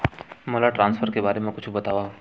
मोला ट्रान्सफर के बारे मा कुछु बतावव?